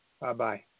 Bye-bye